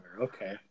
Okay